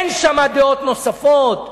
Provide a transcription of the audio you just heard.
אין שם דעות נוספות.